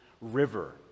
River